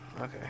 Okay